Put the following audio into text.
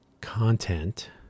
content